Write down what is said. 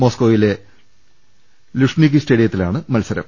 മോസ്കോയിലെ ലുഷ്നികി സ്റ്റേഡിയത്തിലാണ് മത്സ രം